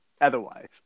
Otherwise